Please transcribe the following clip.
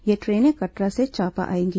ये ट्रेनें कटरा से चांपा आएंगी